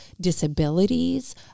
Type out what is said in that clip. disabilities